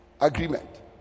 agreement